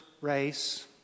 race